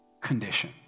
condition